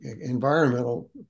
environmental